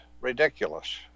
ridiculous